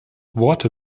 worte